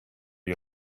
you